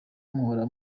muhora